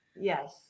Yes